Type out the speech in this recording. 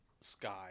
sky